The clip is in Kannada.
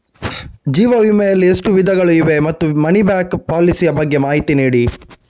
ಜೀವ ವಿಮೆ ಯಲ್ಲಿ ಎಷ್ಟು ವಿಧಗಳು ಇವೆ ಮತ್ತು ಮನಿ ಬ್ಯಾಕ್ ಪಾಲಿಸಿ ಯ ಬಗ್ಗೆ ಮಾಹಿತಿ ನೀಡಿ?